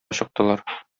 чыктылар